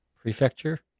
prefecture